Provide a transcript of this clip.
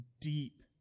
deep